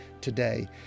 today